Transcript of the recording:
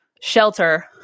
shelter